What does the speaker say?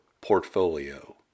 portfolio